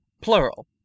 Plural